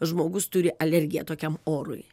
žmogus turi alergiją tokiam orui